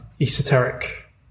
esoteric